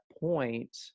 point